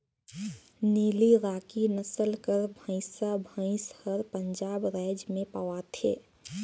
नीली राकी नसल कर भंइसा भंइस हर पंजाब राएज में पवाथे